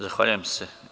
Zahvaljujem se.